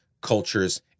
cultures